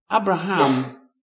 Abraham